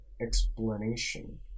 explanation